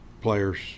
players